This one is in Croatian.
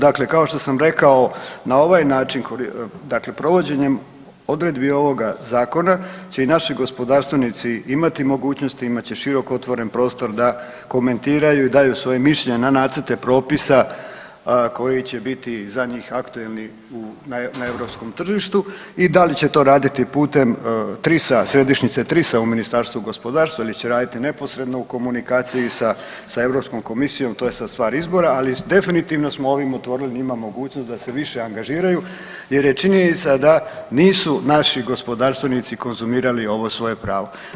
Zahvaljujem se, dakle kao što sam rekao na ovaj način, dakle provođenjem odredbi ovoga zakona će i naši gospodarstvenici imati mogućnosti i imat će široko otvoren prostor da komentiraju i daju svoje mišljenje na nacrte propisa koji će biti za njih aktualni u, na europskom tržištu i da li će to raditi putem TRIS-a, središnjice TRIS-a u Ministarstvu gospodarstva ili će raditi neposredno u komunikaciji sa, sa Europskom komisijom to je sad stvar izbora, ali definitivno smo ovim otvorili njima mogućnost da se više angažiraju jer je činjenica da nisu naši gospodarstvenici konzumirali ovo svoje pravo.